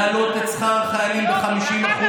להעלות את שכר החיילים ב-50%.